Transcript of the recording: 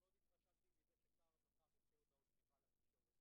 התרשמתי מאוד מכך שמשרד הרווחה מוציא הודעות תמיכה לתקשורת.